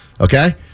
Okay